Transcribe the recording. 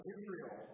Israel